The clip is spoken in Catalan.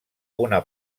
una